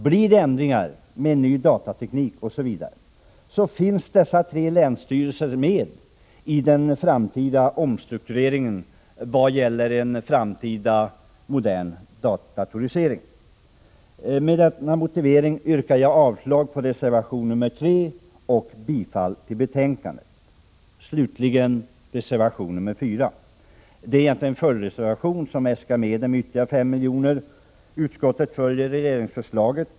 Blir det ändringar som innebär att ny datateknik införs finns dessa tre länsstyrelser med i en sådan framtida omstrukturering. Med denna motivering yrkar jag avslag på reservation nr 3 och bifall till utskottets hemställan. Slutligen vill jag kommentera reservation nr 4, som egentligen är en följdreservation. I reservationen äskas medel med ytterligare 5 milj.kr. Utskottet följer regeringsförslaget.